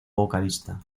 vocalista